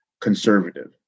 conservative